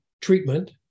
treatment